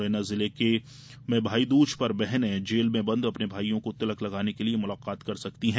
मुरैना जिले में भाई दूज पर बहनें जेल में बन्द अपने भाईयों को तिलक लगाने के लिये मुलाकात कर सकती हैं